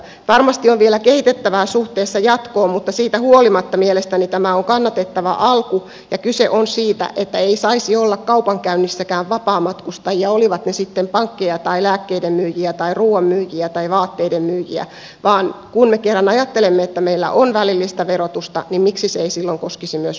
varmasti on vielä kehitettävää suhteessa jatkoon mutta siitä huolimatta mielestäni tämä on kannatettava alku ja kyse on siitä että ei saisi olla kaupankäynnissäkään vapaamatkustajia olivat ne sitten pankkeja tai lääkkeiden myyjiä tai ruuan myyjiä tai vaatteiden myyjiä vaan kun me kerran ajattelemme että meillä on välillistä verotusta niin miksi se ei silloin koskisi myös rahakauppaa